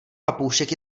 papoušek